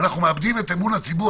אנחנו מאבדים את אמון הציבור.